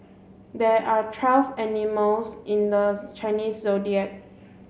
there are twelve animals in the Chinese Zodiac